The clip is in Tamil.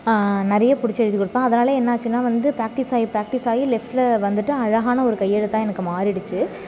நிறைய பிடிச்சு எழுதி கொடுப்பேன் அதனாலேயே என்னாச்சுன்னால் வந்து ப்ராக்டிஸாகி ப்ராக்டிஸாகி லெஃப்ட்டில் வந்துவிட்டு அழகான ஒரு கையெழுத்தாக எனக்கு மாறிடுத்து